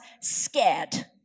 scared